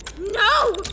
No